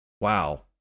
Wow